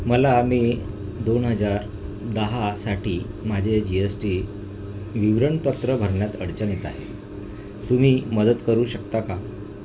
मला मे दोन हजार दहासाठी माझे जी एस टी विवरणपत्र भरण्यात अडचण येत आहे तुम्ही मदत करू शकता का